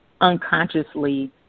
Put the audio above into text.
unconsciously